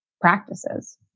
practices